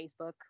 Facebook